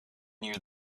near